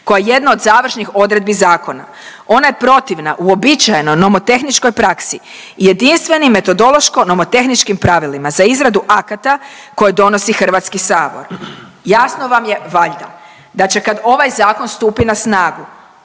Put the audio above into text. koja je jedna od završni odredbi zakona. Ona je protivna uobičajenoj nomotehničkoj praksi i jedinstvenim metodološko nomotehničkim pravilima za izradu akata koje donosi Hrvatski sabor. Jasno vam je valjda da će kad ovaj zakon stupi na snagu